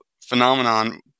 phenomenon